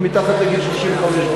ומתחת לגיל 35,